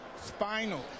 Spinal